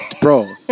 bro